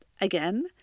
Again